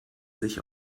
sich